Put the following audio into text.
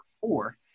four